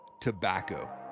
tobacco